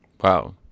Wow